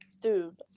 Dude